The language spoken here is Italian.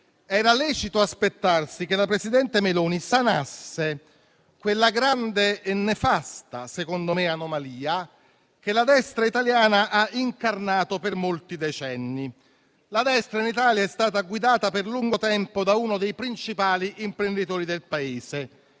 era lecito aspettarsi che la presidente Meloni sanasse quella grande e nefasta, secondo me, anomalia che la destra italiana ha incarnato per molti decenni. La destra in Italia è stata guidata per lungo tempo da uno dei principali imprenditori del Paese,